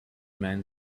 men